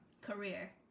Career